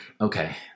Okay